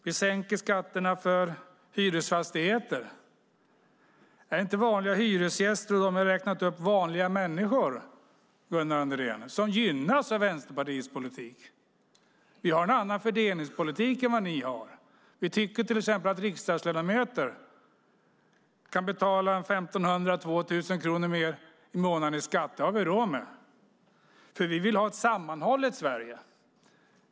Vi sänker skatterna på hyresfastigheter. Är inte vanliga hyresgäster och de jag har räknat upp vanliga människor som gynnas av Vänsterpartiets politik, Gunnar Andrén? Vi har en annan fördelningspolitik än vad ni har. Vi tycker till exempel att riksdagsledamöter kan betala 1 500-2 000 kronor mer i månaden i skatt. Det har vi råd med. Vi vill ha ett sammanhållet Sverige.